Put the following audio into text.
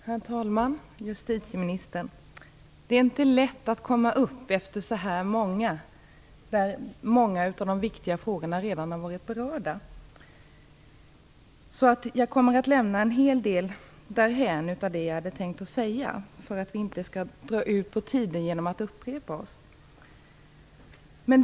Herr talman! Justitieministern! Det är inte lätt att gå upp i debatten efter det att så många av de viktiga frågorna redan har berörts. Jag kommer därför att lämna en hel del av det jag hade tänkt att säga därhän för att vi inte skall dra ut på tiden genom att upprepa oss.